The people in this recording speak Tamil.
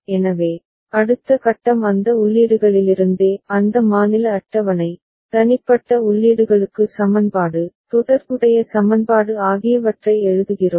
எனவே அடுத்த கட்டம் அந்த உள்ளீடுகளிலிருந்தே அந்த மாநில அட்டவணை தனிப்பட்ட உள்ளீடுகளுக்கு சமன்பாடு தொடர்புடைய சமன்பாடு ஆகியவற்றை எழுதுகிறோம்